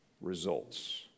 results